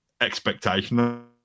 expectation